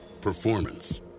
performance